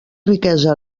riquesa